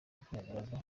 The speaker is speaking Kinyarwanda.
kwihagararaho